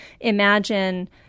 imagine